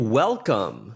welcome